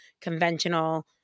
conventional